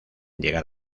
llegar